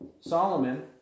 Solomon